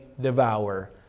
devour